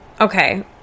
Okay